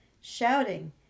shouting